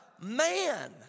man